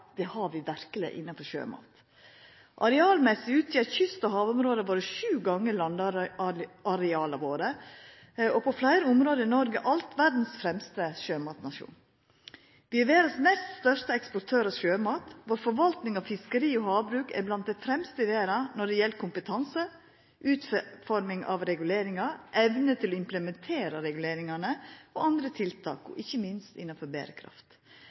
fortrinn har vi verkeleg innanfor sjømat. Når det gjeld areal, utgjer kyst- og havområda våre sju ganger landareala våre, og på fleire område er Noreg alt verdas fremste sjømatnasjon. Vi er verdas nest største eksportør av sjømat, vår forvalting av fiskeri og havbruk er blant det fremste i verda når det gjeld kompetanse, utforming av reguleringar, evne til å implementera reguleringane og andre tiltak, ikkje minst innanfor berekraft.